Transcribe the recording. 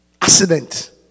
Accident